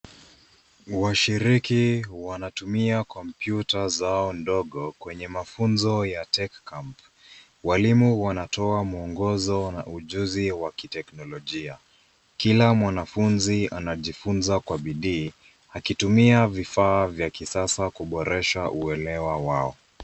Washiriki wanatumia kompyuta zao ndogo kwenye mafunzo ya tech camp . Walimu wanatoa mwongozo na ujuzi wa kiteknolojia. Kila mwanafunzi anajifunza kwa bidii akitumia vifaa vya kisasa kuboresha uelewa wao.